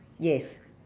yes